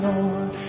Lord